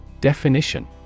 Definition